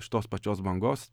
iš tos pačios bangos